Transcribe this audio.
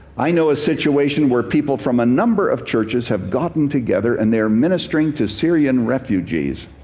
i know a situation where people from a number of churches have gotten together and they're ministering to syrian refugees.